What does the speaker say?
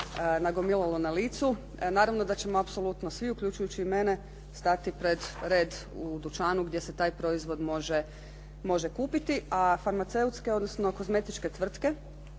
nagomilalo na licu naravno da ćemo apsolutno svi uključujući i mene stati pred red u dućanu gdje se taj proizvod može kupiti. A farmaceutske, odnosno kozmetičke tvrtke